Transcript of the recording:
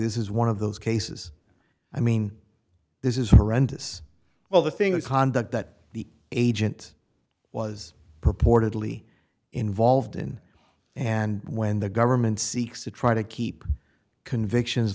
this is one of those cases i mean this is horrendous well the thing is conduct that the agent was purportedly involved in and when the government seeks to try to keep convictions